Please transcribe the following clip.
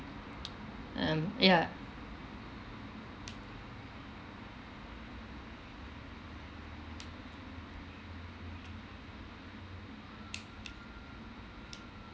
um ya